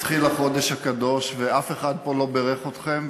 התחיל החודש הקדוש, ואף אחד פה לא בירך אתכם.